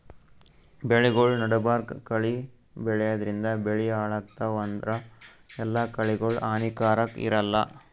ಬೆಳಿಗೊಳ್ ನಡಬರ್ಕ್ ಕಳಿ ಬೆಳ್ಯಾದ್ರಿನ್ದ ಬೆಳಿ ಹಾಳಾಗ್ತಾವ್ ಆದ್ರ ಎಲ್ಲಾ ಕಳಿಗೋಳ್ ಹಾನಿಕಾರಾಕ್ ಇರಲ್ಲಾ